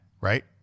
right